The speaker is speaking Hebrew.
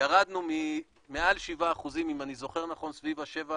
ירדנו ממעל 7%, אם אני זוכר נכון, סביב ה-7%.